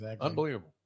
Unbelievable